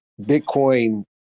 Bitcoin